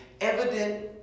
evident